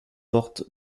forte